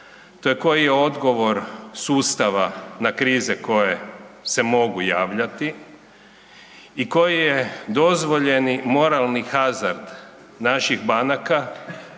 to je koji je odgovor sustava na krize koje se mogu javljati i koji je dozvoljeni moralni hazard naših banaka,